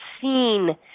seen